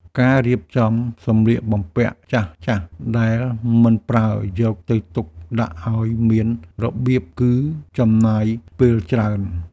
ការរៀបចំសម្លៀកបំពាក់ចាស់ៗដែលមិនប្រើ យកទៅទុកដាក់ឱ្យមានរបៀប គឺចំណាយពេលច្រើន។